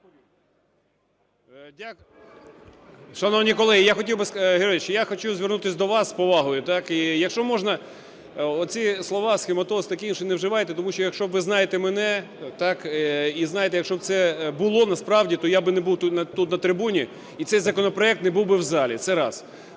Георгій Георгійович, я хочу звернутись до вас. З повагою, якщо можна, оці слова "схематоз" і таке інше не вживайте, тому що якщо ви знаєте мене і знаєте, якщо би це було насправді, то я би не був тут на трибуні і цей законопроект не був би в залі. Це раз.